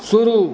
शुरू